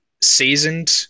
seasoned